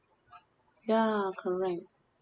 ya correct